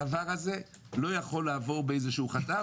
הדבר הזה לא יכול לעבור בחטף,